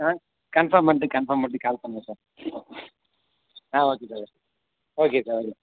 ஆ confirm பண்ணிட்டு confirm பண்ணிட்டு call பண்ணுங்கள் சார் ஆ ஓகே சார் ஓகே சார்